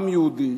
עם יהודי,